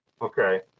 Okay